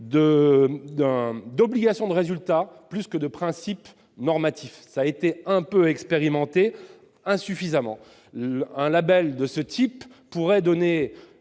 obligation de résultat plutôt que des principes normatifs. Elle a été un peu expérimentée, mais insuffisamment. Un label de ce type pourrait rassurer